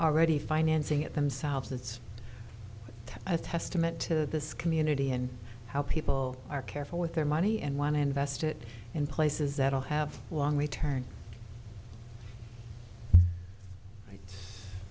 already financing it themselves it's a testament to this community and how people are careful with their money and want to invest it in places that will have long return